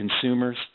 consumers